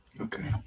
Okay